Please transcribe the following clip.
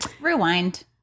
rewind